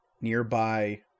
Nearby